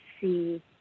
see